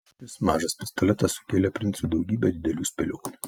šis mažas pistoletas sukėlė princui daugybę didelių spėlionių